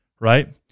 Right